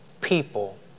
people